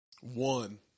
One